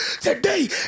today